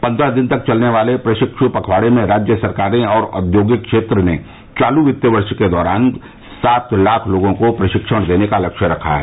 पन्द्रह दिन तक चलने वाले प्रशिक्षू पखवाड़े में राज्य सरकारे और औद्योगिक क्षेत्र ने चालू वित्तीय वर्ष के दौरान सात लाख लोगों को प्रशिक्षण देने का लक्ष्य रखा है